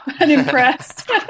unimpressed